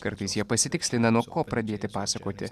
kartais jie pasitikslina nuo ko pradėti pasakoti